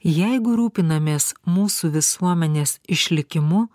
jeigu rūpinamės mūsų visuomenės išlikimu